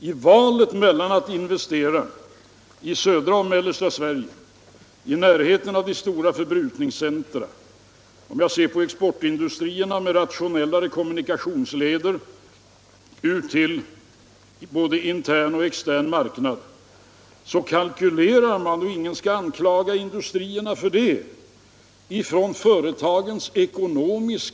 I valet mellan att investera i glesbygd och att investera i södra och mellersta Sverige — i närheten av de stora förbrukningscentra och med rationellare kommunikationsmedel till både intern och extern marknad — gör industrierna kalkyler från företagsekonomiska synpunkter, och ingen skall anklaga dem för det.